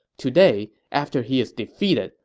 today, after he is defeated,